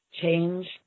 change